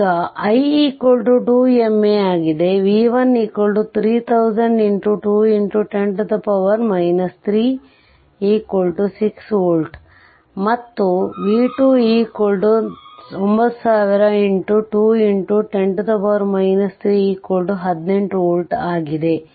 ಈಗ i2mA ಆಗಿದೆ v13000 x 2 10 3 6 volt ಮತ್ತು v29000x 2 x 10 3 18volt ಆಗಿದೆ